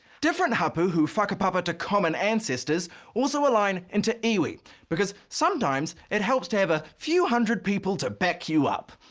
different hapu who whakapapa to common ancestors also align into iwi because sometimes it helps to have a few hundred people to back you up.